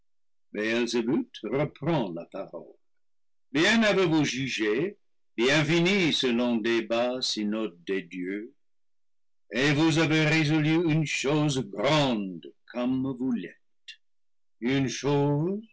débat synode des dieux et vous avez résolu une chose grande comme vous l'êtes une chose